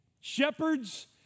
Shepherds